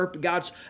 God's